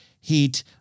Heat